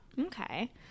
Okay